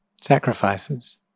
sacrifices